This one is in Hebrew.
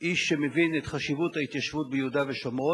איש שמבין את חשיבות ההתיישבות ביהודה ושומרון,